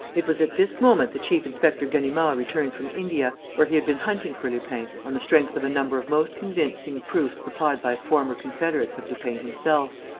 it was at this moment that chief-inspector ganimard returned from india, where he had been hunting for lupin on the strength of a number of most convincing proofs supplied by former confederates of lupin himself.